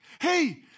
Hey